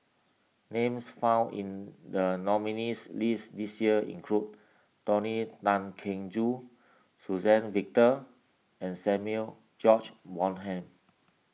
names found in the nominees' list this year include Tony Tan Keng Joo Suzann Victor and Samuel George Bonham